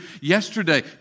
yesterday